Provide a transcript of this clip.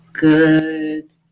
good